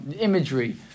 imagery